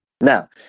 Now